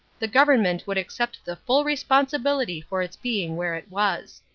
the government would accept the full responsibility for its being where it was.